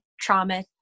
trauma